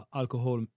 alkohol